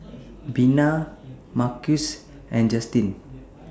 Bina Marquise and Justine